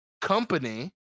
company